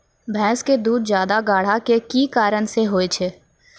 भैंस के दूध ज्यादा गाढ़ा के कि कारण से होय छै?